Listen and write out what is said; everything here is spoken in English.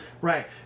Right